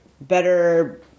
better